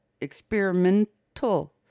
experimental